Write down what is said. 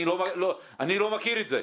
אני לא מכיר את זה.